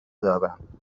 دارم